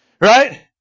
Right